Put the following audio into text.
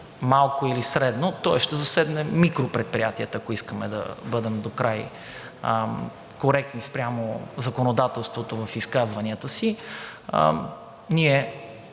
малко или средно, тоест ще засегне микропредприятията, ако искаме да бъдем докрай коректни спрямо законодателството в изказванията си. Ние